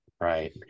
Right